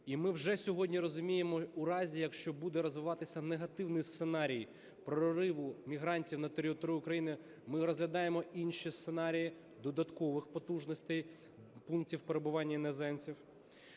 І ми вже сьогодні розуміємо, у разі, якщо буде розвиватися негативний сценарій прориву мігрантів на територію України, ми розглядаємо інші сценарії додаткових потужностей пунктів перебування іноземців.